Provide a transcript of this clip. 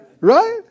right